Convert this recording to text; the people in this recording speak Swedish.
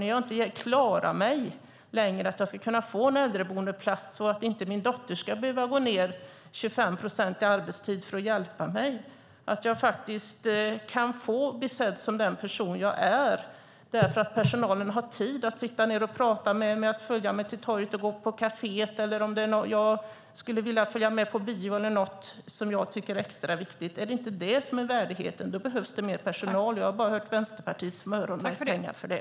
När man inte klarar sig längre ska man kunna få en äldreboendeplats så att min dotter inte ska behöva gå ned 25 procent i arbetstid för att hjälpa mig. Jag vill kunna bli sedd som den person som jag är genom att personalen har tid att sitta ned och prata med mig, att följa mig till torget och gå på kaféet. Jag kanske skulle vilja att någon följer med mig på bio eller något annat som jag tycker är extra viktigt. Är det inte detta som är värdighet? Då behövs det mer personal. Jag har bara hört att det är Vänsterpartiet som har öronmärkt pengar för det.